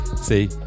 See